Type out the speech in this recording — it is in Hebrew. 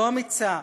לא אמיצה,